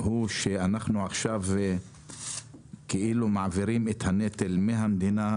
שאנחנו עכשיו כאילו מעבירים את הנטל מהמדינה,